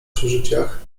przeżyciach